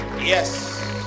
Yes